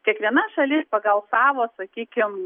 kiekviena šalis pagal savo sakykim